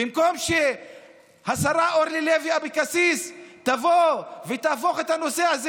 במקום שהשרה אורלי לוי אבקסיס תבוא ותהפוך את הנושא הזה